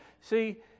see